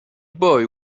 boy